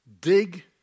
Dig